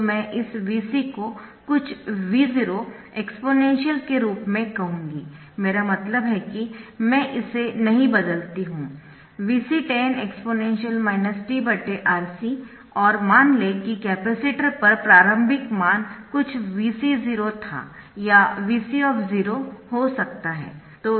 तो मैं इस Vc को कुछ V0 एक्सपोनेंशियल के रूप में कहूंगी मेरा मतलब है मै इसे नहीं बदलती हूँ Vc10 exp tRc और मान लें कि कपैसिटर पर प्रारंभिक मान कुछ Vc0 था या Vc हो सकता है